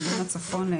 מיגון לצפון,